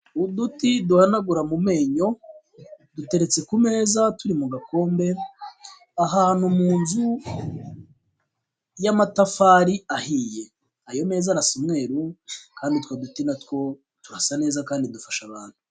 Uduti duhanagura mu menyo, duteretse ku meza turi mu gakombe, ahantu mu nzu y'amatafari ahiye. Ayo meza arasa umweru kandi utwo duti na two turasa neza kandi dufasha abantu.